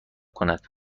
کند